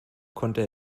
konnte